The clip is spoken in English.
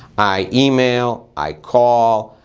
i email, i call,